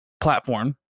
platform